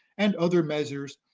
and other measures,